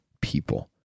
people